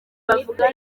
bavuga